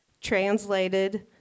translated